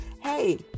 hey